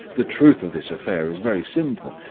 the truth of this affair is very simple.